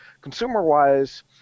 Consumer-wise